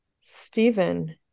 Stephen